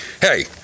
hey